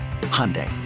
Hyundai